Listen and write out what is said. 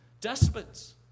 despots